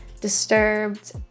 disturbed